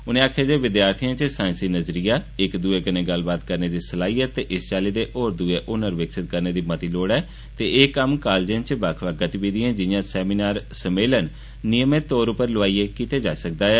उनें आक्खेआ जे विद्यार्थियें च साईसी नज़रियां इक दूए कन्नै गल्लबात करने दी सलाहियत ते इस चाल्ली दे होर हुनर बिकसित करने दी लोड़ ऐ ते एह् कम्म कॉलजें च बक्ख बक्ख गतिविधिएं जियां सैमिनार सम्मेलन नियमित तौर उप्पर लोआईयें कीता जाई सकदा ऐ